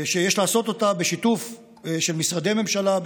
יש לעשות אותה בשיתוף של משרדי ממשלה,